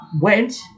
went